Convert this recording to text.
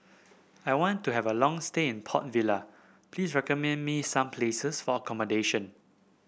I want to have a long stay in Port Vila please recommend me some places for accommodation